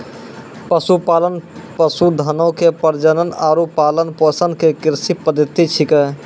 पशुपालन, पशुधनो के प्रजनन आरु पालन पोषण के कृषि पद्धति छै